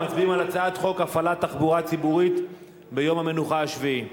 אנחנו מצביעים על הצעת חוק הפעלת תחבורה ציבורית ביום המנוחה השבועי.